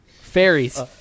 Fairies